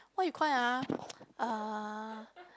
what you call that ah uh